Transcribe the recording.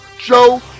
Joe